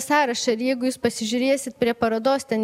sąrašą ir jeigu jūs pasižiūrėsit prie parodos ten